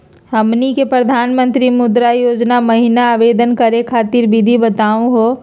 हमनी के प्रधानमंत्री मुद्रा योजना महिना आवेदन करे खातीर विधि बताही हो?